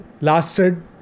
lasted